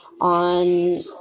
on